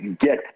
get